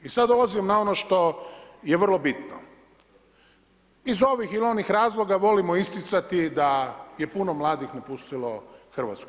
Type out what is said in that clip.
I sada dolazim na ono što je vrlo bitno, iz ovih ili onih razloga volimo isticati da je puno mladih napustilo Hrvatsku.